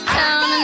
town